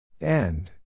End